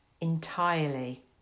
entirely